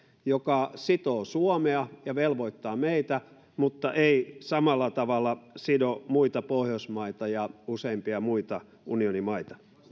joka sitoo suomea ja velvoittaa meitä mutta ei samalla tavalla sido muita pohjoismaita ja useimpia muita unionimaita